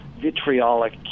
vitriolic